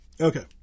Okay